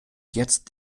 jetzt